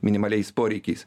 minimaliais poreikiais